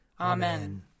Amen